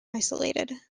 isolated